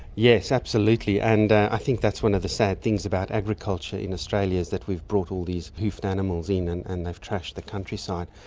yes, absolutely. and i think that's one of the sad things about agriculture in australia, is that we've brought all these hoofed animals in and and they've trashed the countryside.